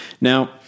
Now